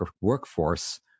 workforce